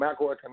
macroeconomics